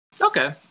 Okay